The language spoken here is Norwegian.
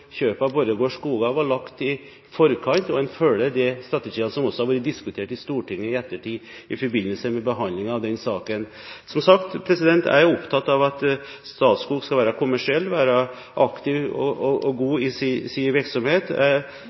av Borregaard Skoger, var lagt i forkant, og en følger de strategier som også har vært diskutert i Stortinget i ettertid i forbindelse med behandlingen av denne saken. Som sagt er jeg opptatt av at Statskog skal være kommersiell, være aktiv og god i sin virksomhet.